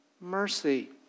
mercy